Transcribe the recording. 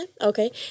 Okay